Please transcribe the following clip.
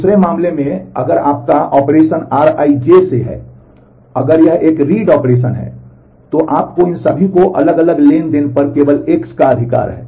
दूसरे मामले में अगर आपका ऑपरेशन ri J से है अगर यह एक read ऑपरेशन है तो आपको इन सभी को अलग अलग ट्रांज़ैक्शन पर केवल X का अधिकार है